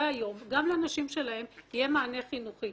היום וגם לנשים שלהם יהיה מענה חינוכי.